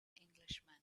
englishman